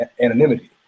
anonymity